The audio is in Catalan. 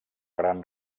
gran